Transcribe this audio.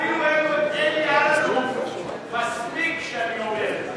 אפילו אלי אלאלוף מסמיק כשאני אומר את זה.